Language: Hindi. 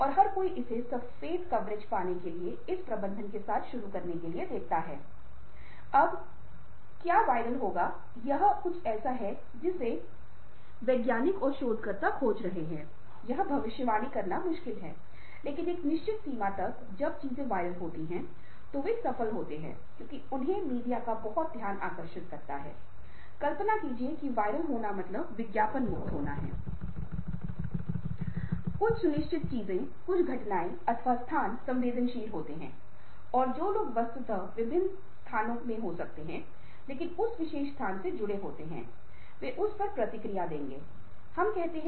और यह लोग हर समय दूसरों के लिए एक चिंता दिखाते हैं जिसके परिणामस्वरूप जब वे किसी अन्य व्यक्ति को समझने की कोशिश करते हैं तो सहानुभूति व्यक्ति खुद को दूसरे व्यक्ति के जूते में डाल देते है और संदर्भ और अन्य व्यक्तियों की स्थिति को ध्यान में रखते है